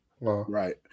right